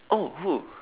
oh who